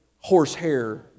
horsehair